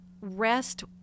rest